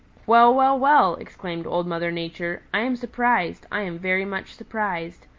well, well, well! exclaimed old mother nature, i am surprised. i am very much surprised.